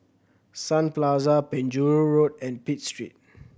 Sun Plaza Penjuru Road and Pitt Street